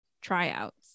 tryouts